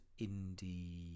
indie